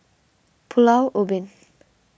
Pulau Ubin